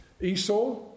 Esau